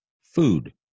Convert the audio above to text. food